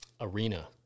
arena